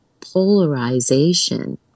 polarization